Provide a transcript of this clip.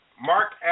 Mark